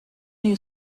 new